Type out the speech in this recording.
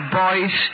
boys